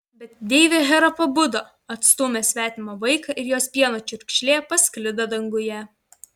bet deivė hera pabudo atstūmė svetimą vaiką ir jos pieno čiurkšlė pasklido danguje